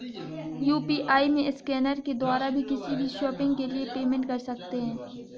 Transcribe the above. UPI में scanner के द्वारा भी किसी भी शॉपिंग के लिए पेमेंट कर सकते है